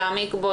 להעמיק בו,